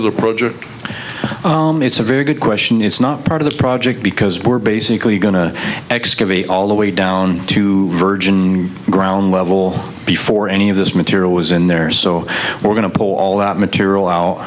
of the project it's a very good question it's not part of the project because we're basically going to exit a all the way down to virgin ground level before any of this material was in there so we're going to pull all that material